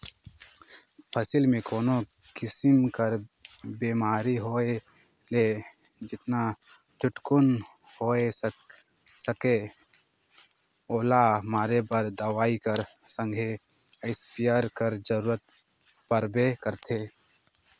फसिल मे कोनो किसिम कर बेमारी होए ले जेतना झटकुन होए सके ओला मारे बर दवई कर संघे इस्पेयर कर जरूरत परबे करथे